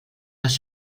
les